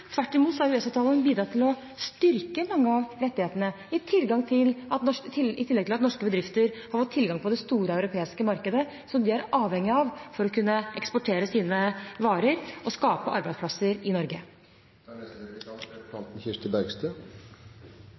Tvert imot har EØS-avtalen bidratt til å styrke mange av rettighetene, i tillegg til at norske bedrifter har fått tilgang på det store europeiske markedet som de er avhengige av for å kunne eksportere sine varer og skape arbeidsplasser i Norge.